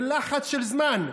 בלחץ של זמן,